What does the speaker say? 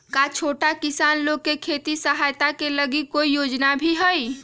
का छोटा किसान लोग के खेती सहायता के लगी कोई योजना भी हई?